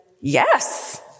yes